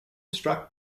struck